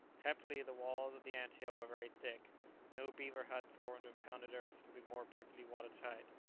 happily, the walls of the ant-hill were very thick no beaver-hut formed of pounded earth could be more perfectly water-tight,